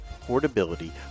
portability